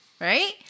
Right